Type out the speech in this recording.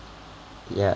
ya